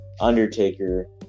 Undertaker